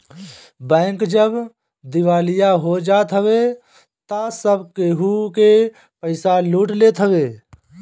bank जब दिवालिया हो जात हवे तअ सब केहू के पईसा लूट लेत हवे